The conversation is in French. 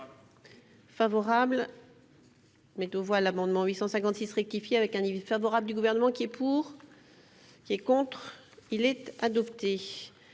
Favorable.